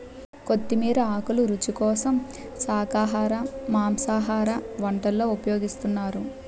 కొత్తిమీర ఆకులు రుచి కోసం శాఖాహార మాంసాహార వంటల్లో ఉపయోగిస్తున్నారు